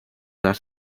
las